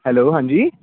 hello ਹਾਂਜੀ